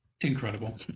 Incredible